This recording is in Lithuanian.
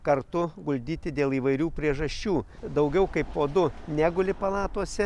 kartu guldyti dėl įvairių priežasčių daugiau kaip po du neguli palatose